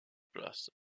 place